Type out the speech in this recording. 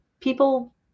people